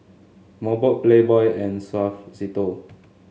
Mobot Playboy and Suavecito